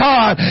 God